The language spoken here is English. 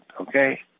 okay